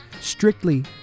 strictly